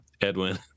Edwin